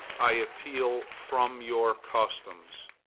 i appeal from your customs.